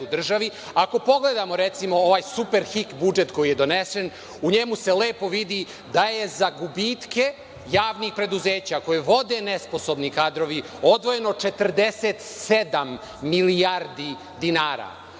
Ako pogledamo recimo ovaj Superhik budžet koji je donesen, u njemu se lepo vidi da je za gubitke javnih preduzeća, koje vode nesposobni kadrovi, odvojeno 47 milijardi dinara.